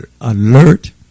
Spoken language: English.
alert